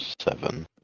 seven